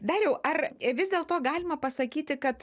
dariau ar vis dėlto galima pasakyti kad